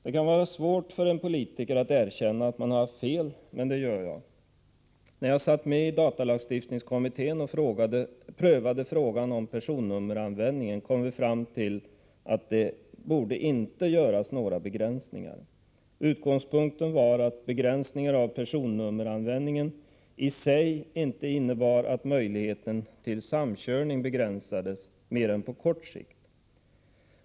Det kan vara svårt för en politiker att erkänna att man har haft fel, men jag gör det. När jag satt med i datalagstiftningskommittén och prövade frågan om personnummeranvändningen kom vi fram till att det inte borde göras några begränsningar. Utgångspunkten var att begränsningar av personnummeranvändningen i sig inte innebar att möjligheten till samkörning begränsades mer än på kort sikt.